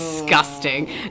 disgusting